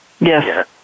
Yes